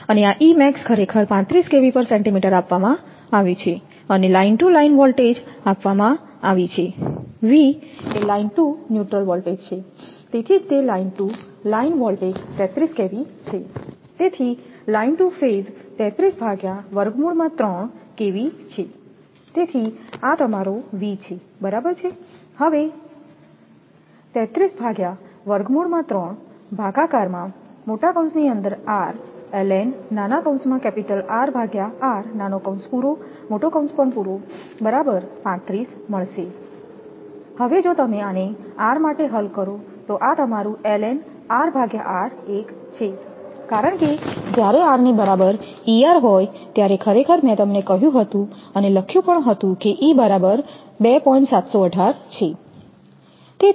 અને આ ખરેખર 35 આપવામાં આવ્યું છે અને લાઈન ટુ લાઈન વોલ્ટેજ આપવામાં આવી છે V એ લાઇન ટુ ન્યુટ્રલ વોલ્ટેજ છે તેથી જ તે line to line voltage 33 kV છે તેથી લાઈન ટુ ફેઝ Kv છે તેથી આ તમારો V છે બરાબર છે તેથી હવે જો તમે આને r માટે હલ કરો તો તમારું છે કારણ કે જ્યારે R ની બરાબર er હોય ત્યારે ખરેખર મેં તમને કહ્યું હતું અને લખ્યું પણ હતું કે e બરાબર 2